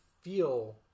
feel